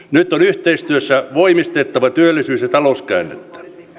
nyt on yhteistyössä voimistettava työllisyys ja talouskäännettä